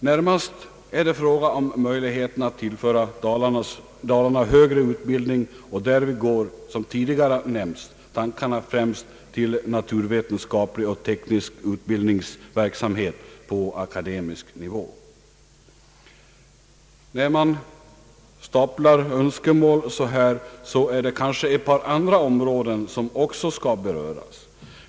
Närmast är det fråga om möjligheten att tillföra Dalarna högre utbildning, och därvid går, som tidigare nämnts, tankarna främst till naturvetenskaplig och teknisk utbildningsverksamhet på «akademisk nivå. När man staplar önskemål så kanske ett par andra områden också skall beröras.